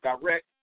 direct